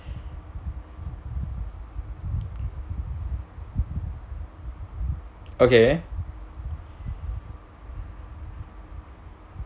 okay